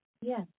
Yes